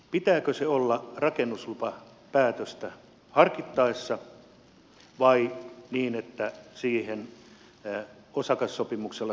pitääkö se olla rakennuslupapäätöstä harkittaessa vai niin että siihen osakassopimuksella sitoudutaan